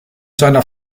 seiner